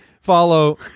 follow